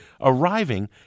arriving